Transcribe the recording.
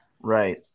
Right